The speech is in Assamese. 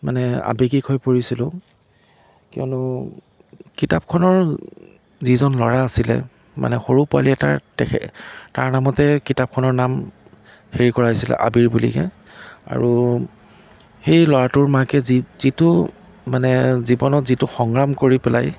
মানে আৱেগিক হৈ পৰিছিলোঁ কিয়নো কিতাপখনৰ যিজন ল'ৰা আছিলে মানে সৰু পোৱালি এটাৰ তেখে তাৰ নামতে কিতাপখনৰ নাম হেৰি কৰা হৈছিলে আবিৰ বুলিয়েই আৰু সেই ল'ৰাটোৰ মাকে যি যিটো মানে জীৱনত যিটো সংগ্ৰাম কৰি পেলাই